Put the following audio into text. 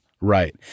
Right